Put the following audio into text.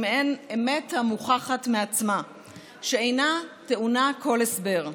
מעין אמת המוכחת מעצמה שאינה טעונה כל הסבר.